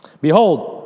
Behold